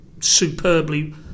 Superbly